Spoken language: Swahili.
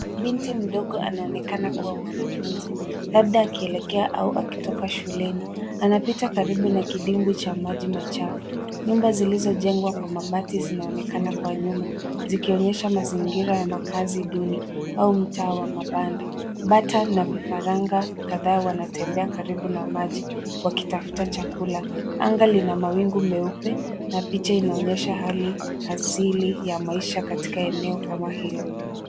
Binti mdogo anaonekana kuwa mwanafunzi labda akielekea au akitoka shuleni anapita karibu na kidimbwi cha maji machafu. Nyumba zilizojengwa kwa mabati zinaonekana kwa nyuma zikionyesha mazingira ya makazi duni au mtaa wa mabanda. Bata na vifaranga kadhaa wanatembea karibu na maji wakitafuta chakula. Anga lina mawingu meupe na picha inaonyesha hali asili ya maisha katika eneo kama hilo.